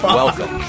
welcome